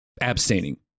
abstaining